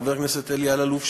חבר הכנסת אלי אלאלוף,